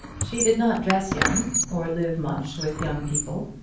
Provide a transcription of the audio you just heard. she did not dress young, or live much with young people,